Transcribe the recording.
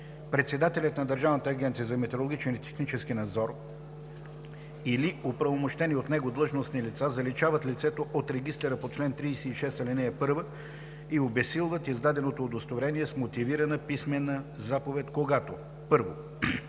Председателят на Държавната агенция за метрологичен и технически надзор или оправомощени от него длъжностни лица заличават лицето от регистъра по чл. 36, ал. 1 и обезсилват издаденото удостоверение с мотивирана писмена заповед, когато: 1.